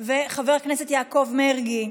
חבר הכנסת יעקב מרגי.